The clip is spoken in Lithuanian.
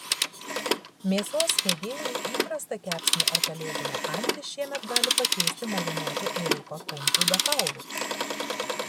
mėsos mėgėjai įprastą kepsnį ar kalėdinę antį šiemet gali pakeisti marinuotu ėriuko kumpiu be kaulų